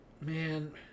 man